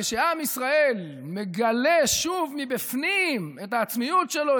כשעם ישראל מגלה שוב מבפנים את העצמיות שלו,